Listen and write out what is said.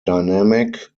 dynamic